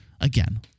again